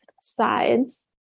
sides